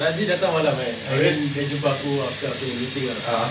razi datang malam kan I mean dia jumpa aku after aku nya meeting ah